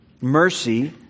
Mercy